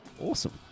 awesome